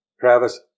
Travis